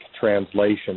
translation